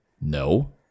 No